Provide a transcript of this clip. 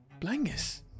Blangus